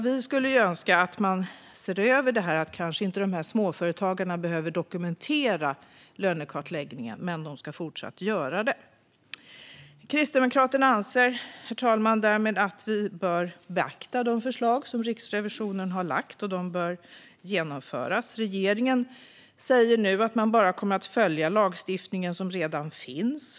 Vi skulle önska att man såg över detta så att småföretagarna inte behöver dokumentera lönekartläggningen, men de ska fortsatt göra den. Kristdemokraterna anser därmed, herr talman, att vi bör beakta Riksrevisionens förslag och att de bör genomföras. Regeringen säger nu att man bara kommer att följa den lagstiftning som redan finns.